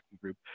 group